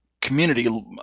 community